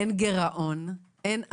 אין גירעון, אין אבטלה,